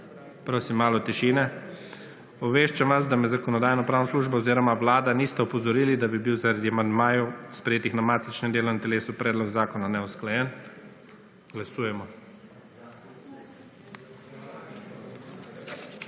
Prosim malo tišine. Obveščam vas, da me Zakonodajno-pravna služba oziroma vlada nista opozorili, da bi bil zaradi amandmajev, sprejetih na matičnem delovnem telesu predlog zakona neusklajen. Glasujemo. Navzočih